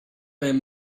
and